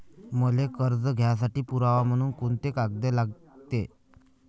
मले कर्ज घ्यासाठी पुरावा म्हनून कुंते कागद लागते?